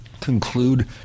conclude